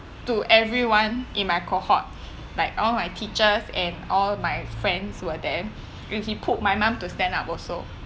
to everyone in my cohort like all my teachers and all my friends were there and he pulled my mum to stand up also